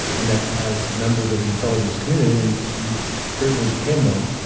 and that as members of the intelligence community, and you certainly became one,